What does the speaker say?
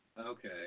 Okay